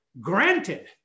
granted